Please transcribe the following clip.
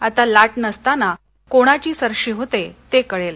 आता लाट नसताना कोणाची सरशी होते ते कळेल